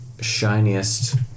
shiniest